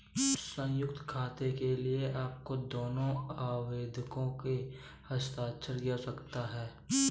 संयुक्त खाते के लिए आपको दोनों आवेदकों के हस्ताक्षर की आवश्यकता है